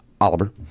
Oliver